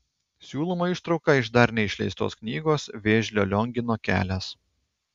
siūlome ištrauką iš dar neišleistos knygos vėžlio liongino kelias